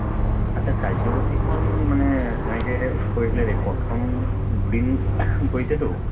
আচ্ছা কাৰ্যসূচীখন মানে এনেকৈ কৰিছিলে দেই প্ৰথম দুদিন কৰিছেতো